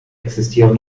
existieren